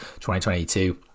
2022